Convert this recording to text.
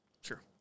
sure